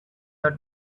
the